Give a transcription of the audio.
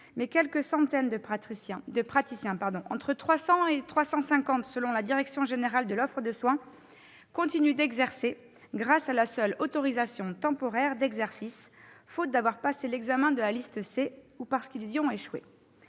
mais quelques centaines d'entre eux- entre 300 et 350, selon la direction générale de l'offre de soins, la DGOS -continuent d'exercer grâce à la seule autorisation temporaire d'exercice, faute d'avoir passé l'examen de la liste C ou parce qu'ils y ont échoué.